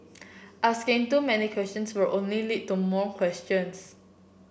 asking too many questions would only lead to more questions